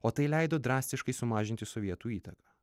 o tai leido drastiškai sumažinti sovietų įtaką